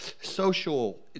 social